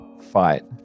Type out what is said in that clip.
fight